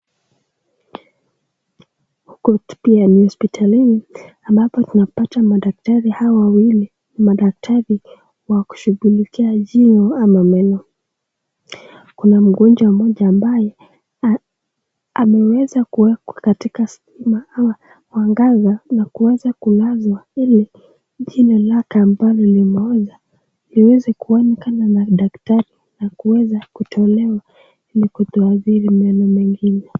Huku pia ni hospitalini ambapo tunapata madaktari hawa wawili ni madaktari wa kushughulikia jino ama meno. Kuna mgonjwa mmoja ambaye ameweza kuwekwa katika mwangaza ama mwanga na kuweza kulazwa ili jino lake ambalo ni moja liweze kuonekane na daktari na kuweza kutolewa ili kutoa athiri meno mengine.